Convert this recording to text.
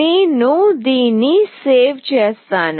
నేను దీన్ని సేవ్ చేస్తాను